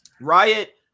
riot